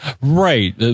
Right